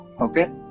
Okay